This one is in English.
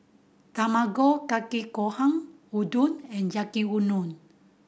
Tamago Kake Gohan Udon and Yaki Udon